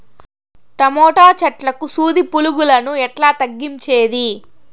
Tomato చెట్లకు సూది పులుగులను ఎట్లా తగ్గించేది?